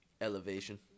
Elevation